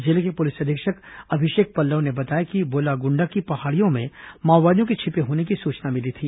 जिले के पुलिस अधीक्षक अभिषेक पल्लव ने बताया कि बोलागुंडा की पहाड़ियों में माओवादियों के छिपे होने की सूचना मिली थी